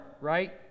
right